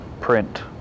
print